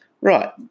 Right